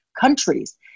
countries